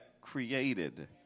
created